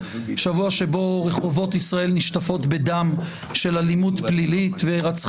שבוע שבו רחובות ישראל נשטפו בדם של אלימות פלילית ורצחנית.